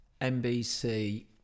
NBC